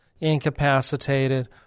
incapacitated